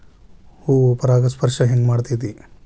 ಹೂ ಪರಾಗಸ್ಪರ್ಶ ಹೆಂಗ್ ಮಾಡ್ತೆತಿ?